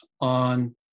on